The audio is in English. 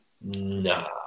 Nah